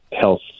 health